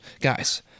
guys